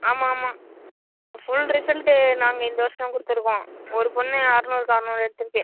ஆமாம் ஆமாம் full result நாங்கள் இந்த வருஷம் கொடுத்துருக்கோம் ஒரு பொண்ணு அறநூறுக்கு அறநூறு எடுத்திருக்கு